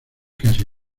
casi